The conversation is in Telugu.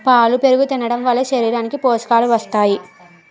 పాలు పెరుగు తినడంవలన శరీరానికి పోషకాలు వస్తాయి